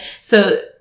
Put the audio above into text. So-